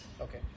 okay